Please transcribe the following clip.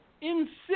insist